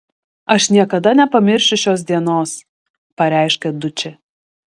aš niekada nepamiršiu šios dienos pareiškė dučė